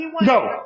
no